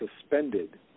suspended